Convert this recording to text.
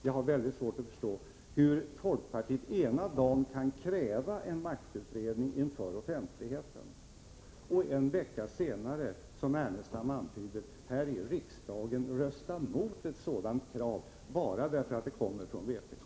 Jag har mycket svårt att förstå hur folkpartiet ena dagen inför offentligheten kan kräva en maktutredning och en vecka senare, som Lars Ernestam antydde att man kommer att göra, här i riksdagen rösta emot en sådan bara därför att förslaget kommer från vpk!